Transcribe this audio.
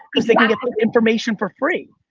because they can get information for free.